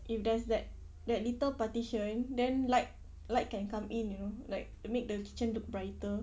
if there's that that little partition then light light can come in you know like make the kitchen look brighter